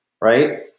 right